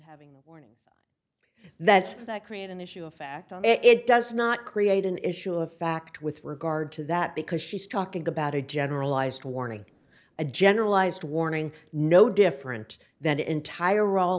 having warnings that's that create an issue of fact it does not create an issue of fact with regard to that because she's talking about a generalized warning a generalized warning no different than the entire